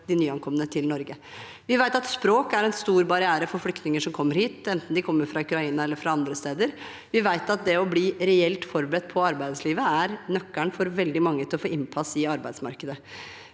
de nyankomne til Norge. Vi vet at språk er en stor barriere for flyktninger som kommer hit, enten de kommer fra Ukraina eller fra andre steder. Vi vet at det å bli reelt forberedt på arbeidslivet er nøkkelen for veldig mange for å få innpass i arbeidsmarkedet.